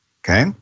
okay